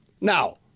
Now